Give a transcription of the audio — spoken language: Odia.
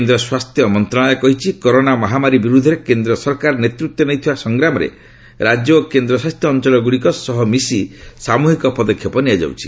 କେନ୍ଦ୍ର ସ୍ୱାସ୍ଥ୍ୟ ମନ୍ତ୍ରଣାଳୟ କହିଛି କରୋନା ମହାମାରୀ ବିରୁଦ୍ଧରେ କେନ୍ଦ୍ର ସରକାର ନେତୃତ୍ୱ ନେଇଥିବା ସଂଗ୍ରାମରେ ରାଜ୍ୟ ଓ କେନ୍ଦ୍ର ଶାସିତ ଅଞ୍ଚଳ ଗୁଡ଼ିକ ସହିତ ମିଶି ସାମୃହିକ ପଦକ୍ଷେପ ନିଆଯାଉଛି